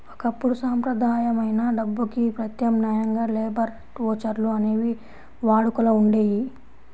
ఒకప్పుడు సంప్రదాయమైన డబ్బుకి ప్రత్యామ్నాయంగా లేబర్ ఓచర్లు అనేవి వాడుకలో ఉండేయి